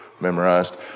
Memorized